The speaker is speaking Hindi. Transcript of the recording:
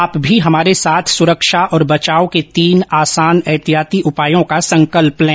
आप भी हमारे साथ सुरक्षा और बचाव के तीन आसान एहतियाती उपायों का संकल्प लें